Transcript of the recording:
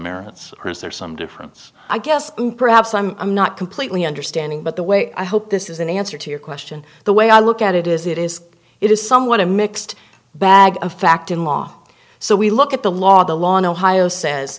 merits or is there some difference i guess perhaps i'm i'm not completely understanding but the way i hope this is an answer to your question the way i look at it is it is it is somewhat a mixed bag of fact in law so we look at the law the law in ohio says